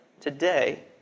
today